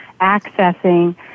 accessing